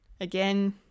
Again